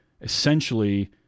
essentially